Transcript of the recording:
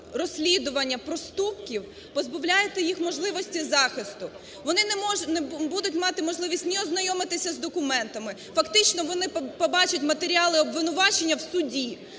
розслідування проступків позбавляєте їх можливості захисту. Вони не будуть мати можливість ні ознайомитися з документами, фактично вони побачать матеріали обвинувачення в суді.